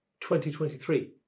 2023